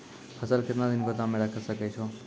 फसल केतना दिन गोदाम मे राखै सकै छौ?